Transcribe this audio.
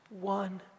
one